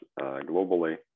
globally